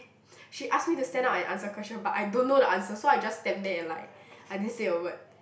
she asked me to stand up and answer question but I don't know the answer so I just stand there and like I didn't say a word